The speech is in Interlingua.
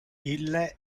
ille